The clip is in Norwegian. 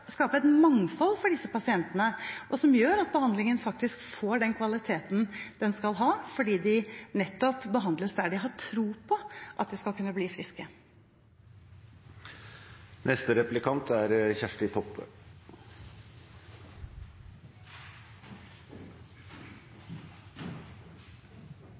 et mangfold for disse pasientene, og som gjør at behandlingen faktisk får den kvaliteten den skal ha, fordi pasientene nettopp behandles der de de har tro på at de skal kunne bli friske.